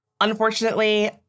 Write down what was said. Unfortunately